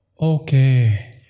Okay